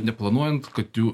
neplanuojant kad jų